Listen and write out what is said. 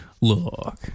Look